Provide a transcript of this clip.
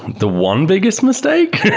the one biggest mistake?